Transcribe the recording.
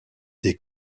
des